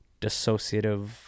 dissociative